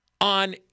on